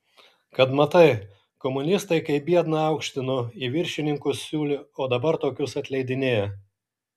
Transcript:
kad matai komunistai kaip biedną aukštino į viršininkus siūlė o dabar tokius atleidinėja